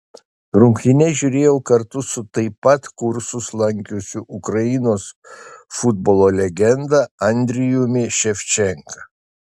rungtynes žiūrėjau kartu su taip pat kursus lankiusiu ukrainos futbolo legenda andrijumi ševčenka